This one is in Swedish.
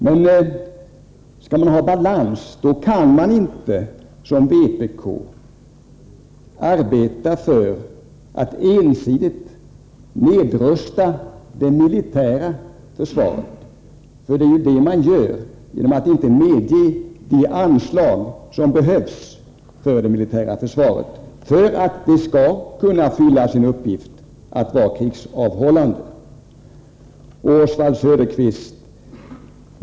Men skall man ha balans kan man inte, som vpk, arbeta för att ensidigt nedrusta det militära försvaret. Det är det man gör genom att inte medge de anslag som behövs för att det militära försvaret skall kunna fylla sin uppgift att vara krigsavhållande.